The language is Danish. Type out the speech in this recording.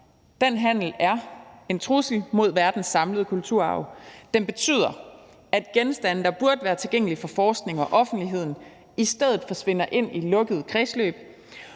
Den handel er en trussel mod verdens samlede kulturarv. Den betyder, at genstande, der burde være tilgængelige for forskningen og offentligheden, i stedet forsvinder ind i lukkede kredsløb.